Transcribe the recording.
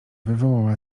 wywołała